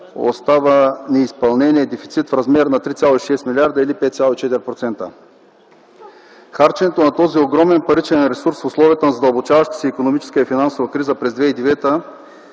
остава неизпълнения дефицит в размер на 3,6 млрд. лв. или 5,4%. Харченето на този огромен паричен ресурс в условията на задълбочаващата се икономическа и финансова криза през 2009